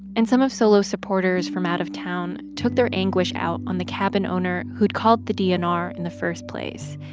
and some of solo supporters from out of town took their anguish out on the cabin owner who'd called the dnr in the first place.